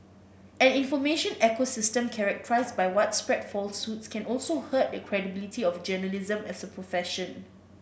an information ecosystem characterised by widespread falsehoods can also hurt the credibility of journalism as a profession